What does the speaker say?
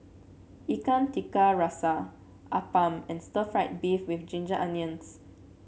Ikan Tiga Rasa appam and stir fry beef with Ginger Onions